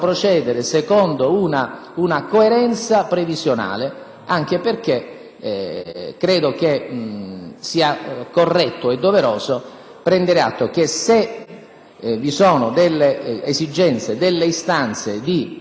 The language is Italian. previsionale. Credo che sia corretto e doveroso prendere atto che, se vi sono delle esigenze e delle istanze di modificare le prassi, la Presidenza sarà sensibilissima e si adeguerà,